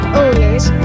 owners